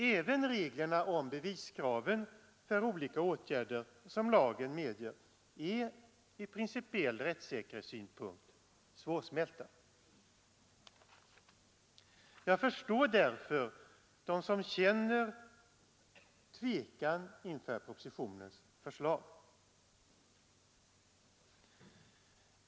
Även reglerna om beviskraven för olika åtgärder som lagen medger är ur principiell rättssäkerhetssynpunkt svårsmälta. Jag förstår därför dem som känner tvekan inför propositionens förslag.